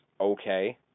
okay